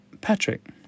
Patrick